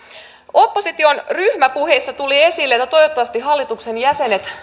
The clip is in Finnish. opposition ryhmäpuheissa tuli esille että toivottavasti hallituksen jäsenet